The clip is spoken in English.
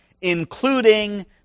including